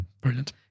Brilliant